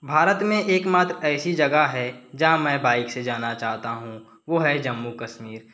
भारत में एकमात्र ऐसी जगह है जहाँ मैं बाइक से जाना चाहता हूं वो है जम्मू कश्मीर